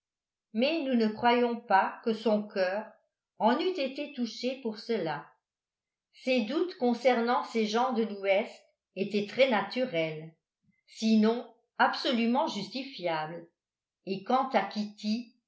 mais nous ne croyons pas que son cœur en eût été touché pour cela ses doutes concernant ces gens de l'ouest étaient très naturels sinon absolument justifiables et quant à kitty